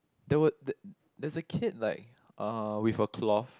there would there there's a kid like uh with a cloth